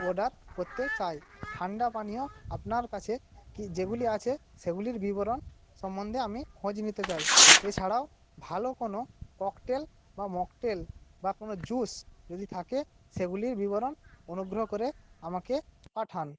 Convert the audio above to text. order করতে চাই ঠান্ডা পানীয় আপনার কাছে কী যেগুলি আছে সেগুলির বিবরণ সম্বন্ধে আমি খোঁজ নিতে চাই এছাড়াও ভালো কোনো ককটেল বা মকটেল বা কোনো জুস যদি থাকে সেগুলির বিবরণ অনুগ্রহ করে আমাকে পাঠান